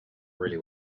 really